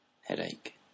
headache